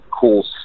cool